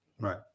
Right